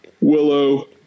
Willow